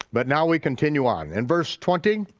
but now we continue on. in verse twenty,